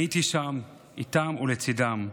הייתי שם, איתם ולצידם.